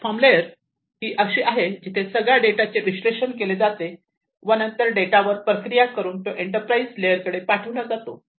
platform layer ही अशी आहे जिथे सगळा डेटा चे विश्लेषण केले जाते व नंतर डेटा वर प्रक्रिया करून तो एंटरप्राइज लेयर कडे पाठवला जातो